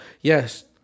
Yes